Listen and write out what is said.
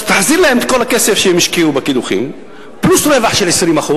תחזיר להם את כל הכסף שהם השקיעו בקידוחים פלוס רווח של 20%,